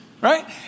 Right